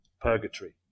purgatory